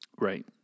Right